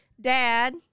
dad